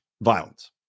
violence